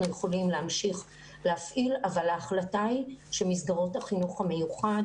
יכולים להמשיך להפעיל אבל ההחלטה היא שמסגרות החינוך המיוחד